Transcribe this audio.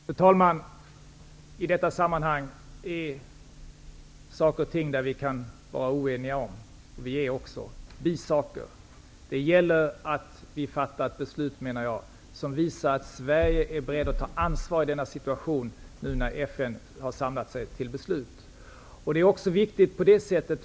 Fru talman! I detta sammanhang finns det saker som vi kan vara oeniga om. Det är vi också när det gäller bisaker. Det gäller, menar jag, att vi fattar ett beslut som visar att Sverige är beredd att ta ansvar i denna situation, när nu FN samlat sig till att fatta beslut. Från svensk synpunkt är det också viktigt.